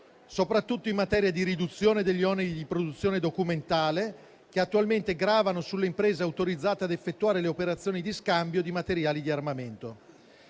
soprattutto in materia di riduzione degli oneri di produzione documentale, che attualmente gravano sulle imprese autorizzate ad effettuare le operazioni di scambio di materiali di armamento.